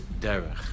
derech